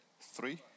Three